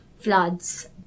Floods